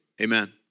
amen